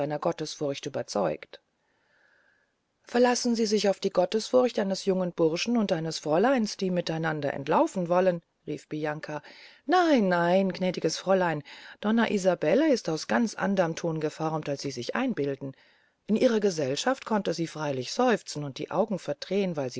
gottesfurcht überzeugt verlassen sie sich auf die gottesfurcht eines jungen burschen und eines fräuleins die mit einander entlaufen wollen rief bianca nein nein gnädiges fräulein donna isabelle ist aus ganz anderm thon geformt als sie sich einbilden in ihrer gesellschaft konnte sie freylich seufzen und die augen verdrehen weil sie